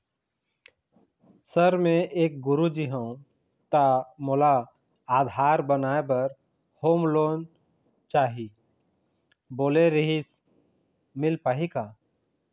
Sir मे एक गुरुजी हंव ता मोला आधार बनाए बर होम लोन चाही बोले रीहिस मील पाही का?